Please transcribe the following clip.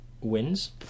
wins